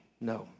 no